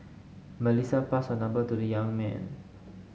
Melissa passed her number to the young man